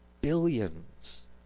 billions